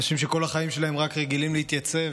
אנשים שכל החיים שלהם רק רגילים להתייצב,